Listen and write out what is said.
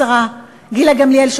השרה גילה גמליאל,